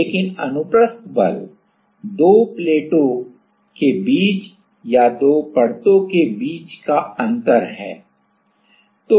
लेकिन अनुप्रस्थ बल दो प्लेटों के बीच या दो परतो के बीच का अंतर है है